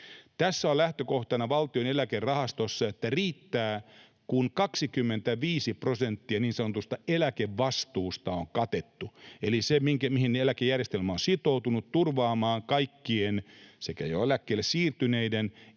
Tässä on lähtökohtana Valtion Eläkerahastossa, että riittää, kun 25 prosenttia niin sanotusta eläkevastuusta on katettu. Eli kun siitä, mihin eläkejärjestelmä on sitoutunut, eli turvaamaan kaikkien sekä jo eläkkeelle siirtyneiden